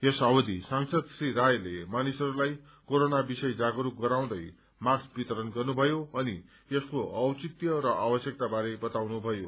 यस अवधि सांसद श्री रायले मानिसहस्लाई कोरोना विषय जागस्क गराउँदै मास्क वितरण गर्नुभयो अनि यसको औचित्य र आवश्यकता बारे बताउनु भयो